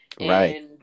Right